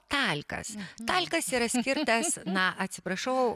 talkas talkas yra skirtas na atsiprašau